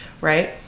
right